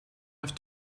have